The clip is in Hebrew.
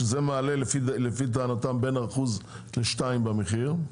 שזה מעלה לפי טענתם בין 1% ל-2% במחיר,